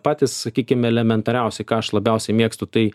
patys sakykim elementariausi ką aš labiausiai mėgstu tai